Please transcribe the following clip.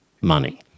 money